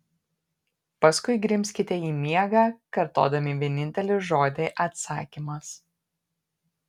paskui grimzkite į miegą kartodami vienintelį žodį atsakymas